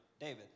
David